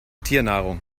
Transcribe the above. tiernahrung